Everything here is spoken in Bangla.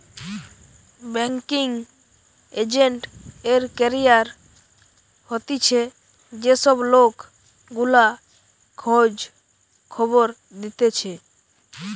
বেংকিঙ এজেন্ট এর ক্যারিয়ার হতিছে যে সব লোক গুলা খোঁজ খবর দিতেছে